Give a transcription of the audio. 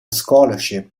scholarship